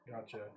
Gotcha